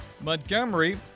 Montgomery